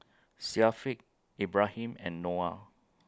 Syafiq Ibrahim and Noah